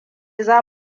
za